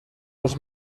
als